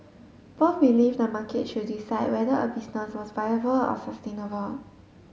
both believe the market should decide whether a business was viable or sustainable